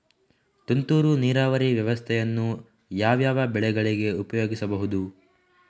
ತುಂತುರು ನೀರಾವರಿ ವ್ಯವಸ್ಥೆಯನ್ನು ಯಾವ್ಯಾವ ಬೆಳೆಗಳಿಗೆ ಉಪಯೋಗಿಸಬಹುದು?